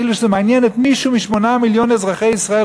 כאילו שזה מעניין את מישהו מ-8 מיליון אזרחי ישראל,